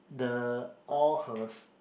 the all her s~